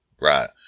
Right